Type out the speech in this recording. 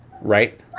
right